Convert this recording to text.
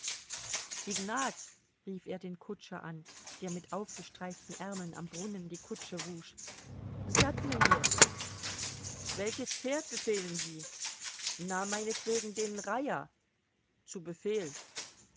ignat rief er den kutscher an der mit aufgestreiften ärmeln am brunnen die kutsche wusch sattle mir welches pferd befehlen sie na meinetwegen den reiher zu befehl